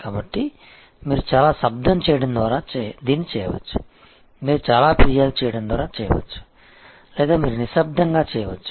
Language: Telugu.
కాబట్టి మీరు చాలా శబ్దం చేయడం ద్వారా దీన్ని చేయవచ్చు మీరు చాలా ఫిర్యాదు చేయడం ద్వారా చేయవచ్చు లేదా మీరు నిశ్శబ్దంగా చేయవచ్చు